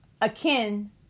akin